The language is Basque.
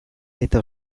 eta